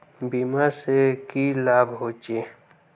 बीमा से की लाभ होचे?